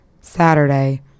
Saturday